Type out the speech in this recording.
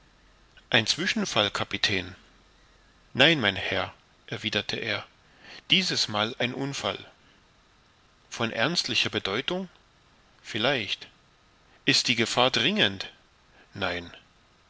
ein zwischenfall kapitän nein mein herr erwiderte er dieses mal ein unfall von ernstlicher bedeutung vielleicht ist die gefahr dringend nein